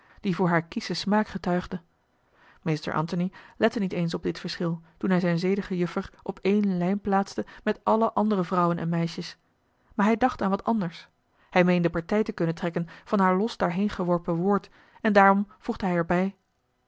die voor haar kieschen smaak getuigde meester antony lette niet eens op dit verschil toen hij zijne zedige juffer op ééne lijn plaatste met alle andere vrouwen en meisjes maar hij dacht aan wat anders hij meende partij te kunnen trekken van haar los daarheen geworpen woord en daarom voegde hij er